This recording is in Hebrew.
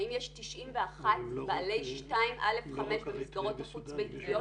האם יש 91 בעלי 2/א במסגרות החוץ ביתיות?